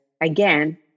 again